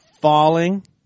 falling